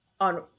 on